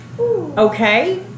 Okay